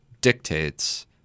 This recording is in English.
dictates